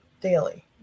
Daily